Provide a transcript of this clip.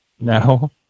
No